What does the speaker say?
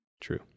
true